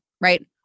right